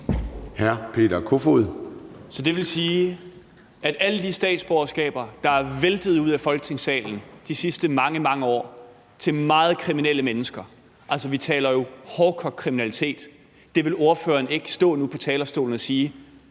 Så det vil sige, at hvad angår alle de statsborgerskaber, der er væltet ud af Folketingssalen de sidste mange, mange år, til meget kriminelle mennesker – altså, vi taler jo hårdkogt kriminalitet – vil ordføreren ikke stå på talerstolen nu og sige,